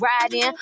riding